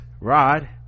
Rod